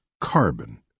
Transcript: carbon